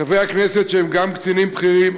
חברי הכנסת שהם גם קצינים בכירים,